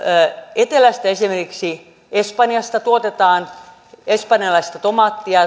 etelästä esimerkiksi espanjasta tuodaan suomeen espanjalaista tomaattia